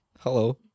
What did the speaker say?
Hello